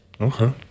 okay